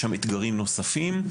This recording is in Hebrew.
יש שם אתגרים נוספים.